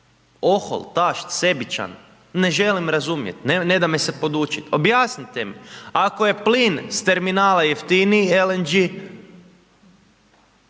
ohol, tašt, sebičan, ne želim razumjeti, ne da me se podučiti, objasnite mi. Ako je plin s terminala jeftiniji LNG